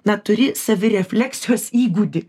na turi savirefleksijos įgūdį